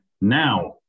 now